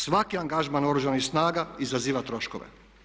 Svaki angažman Oružanih snaga izaziva troškove.